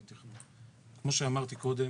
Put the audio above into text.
כמו שאמרתי קודם,